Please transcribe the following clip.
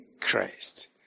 Christ